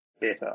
better